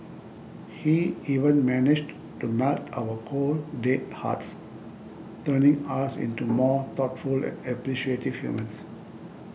he even managed to melt our cold dead hearts turning us into more thoughtful and appreciative humans